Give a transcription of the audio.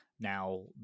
Now